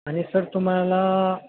आणि सर तुम्हाला